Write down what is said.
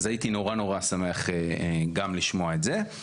אז הייתי נורא נורא שמח גם לשמוע את זה.